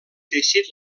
teixit